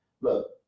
look